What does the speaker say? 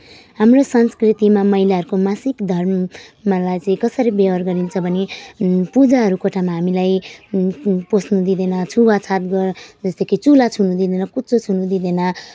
हाम्रो संस्कृतिमा महिलाहरूको मासिक धर्मलाई कसरी व्यवहार गरिन्छ भने पूजाहरू कोठामा हामीलाई पस्नु दिँदैन छुवाछुत गर जस्तै कि चुला छुनु दिँदैन कुचो छुनु दिँदैन